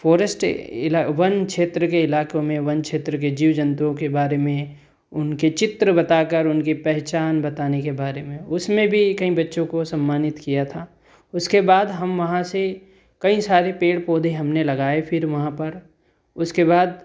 forest इला वन क्षेत्र के इलाकों मैं वन क्षेत्र के जीव जंतुओं के बारे में उनके चित्र बताकर उनकी पहचान बताने में के बारे में उसमें भी कई बच्चों को सम्मानित किया था उसके बाद हम वहाँ से कई सारे पेड़ पौधे हमने लगाए फ़िर वहाँ पर उसके बाद